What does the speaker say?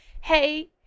hey